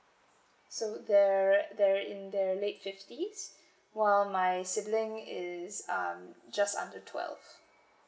so they're they're in their late fifties while my sibling is um just under twelve